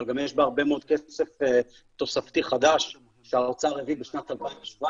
אבל יש בה גם הרבה מאוד כסף תוספתי חדש שהאוצר הביא בשנת 2017,